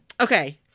okay